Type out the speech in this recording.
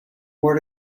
where